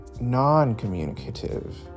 non-communicative